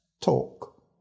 talk